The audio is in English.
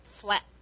flat